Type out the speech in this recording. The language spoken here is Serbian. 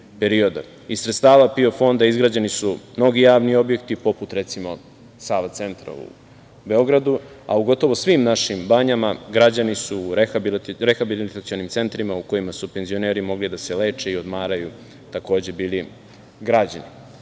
sredstava PIO fonda izgrađen su mnogi javni objekti, poput, recimo, Sava centra u Beogradu, a u gotovo svim našim banjama građani su u rehabilitacionim centrima u kojima su penzioneri mogli da se leče i odmaraju takođe bili građeni.